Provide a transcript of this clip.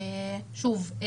שוב,